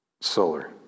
solar